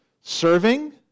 serving